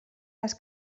las